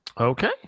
Okay